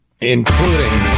Including